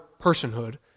personhood